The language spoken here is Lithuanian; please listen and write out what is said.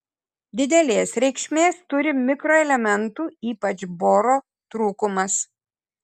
didelės reikšmės turi mikroelementų ypač boro trūkumas